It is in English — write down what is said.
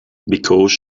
because